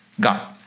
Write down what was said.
God